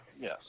Yes